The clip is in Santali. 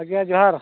ᱟᱜᱮ ᱡᱚᱦᱟᱨ